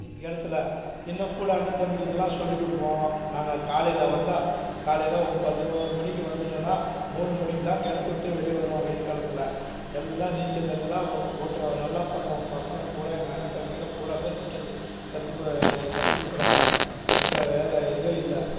கிணத்துல இன்னும் கூட அண்ணன் தம்பிகளுக்கெல்லாம் சொல்லிக் கொடுப்போம் நாங்கள் காலையில் வந்தால் காலையில் ஒரு பதினோரு மணிக்கு வந்துட்டோம்னால் மூணு மணிக்கு தான் கிணத்த விட்டே வெளியே வருவோம் வெயில் காலத்தில் எல்லாம் நீச்சல் எல்லாம் ஓட்டுவோம் நல்லா பண்ணுவோம் பசங்கள் பூரா எங்கள் அண்ணன் தம்பிங்க பூரா பேர் நீச்சல் கற்றுக்க கற்றுன்னுக்குறாங்க எந்த வேறு இதுவும் இல்லை